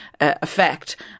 effect